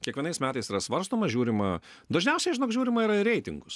kiekvienais metais yra svarstoma žiūrima dažniausiai žinok žiūrima yra į reitingus